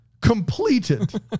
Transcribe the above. completed